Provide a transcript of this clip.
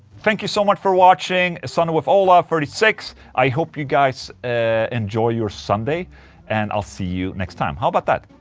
thank you so much for watching sunday with ola thirty six i hope you guys enjoy your sunday and i'll see you next time, how about that?